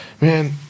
Man